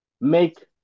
make